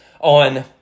on